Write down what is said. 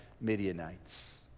Midianites